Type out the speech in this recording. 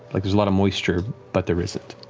like there's a lot of moisture, but there isn't.